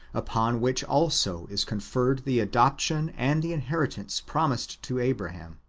upon which also is conferred the adoption and the inheritance promised to abraham.